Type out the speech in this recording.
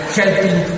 helping